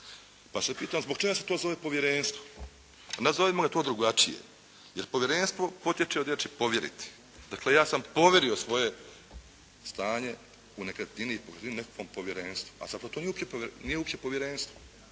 Pa se pitam zbog čega se to zove povjerenstvo? Nazovimo ga to drugačije jer povjerenstvo potječe od riječi povjeriti. Dakle, ja sam povjerio svoje stanje u nekretnini i pokretnini nekakvom povjerenstvu, a zato to nije uopće povjerenstvo.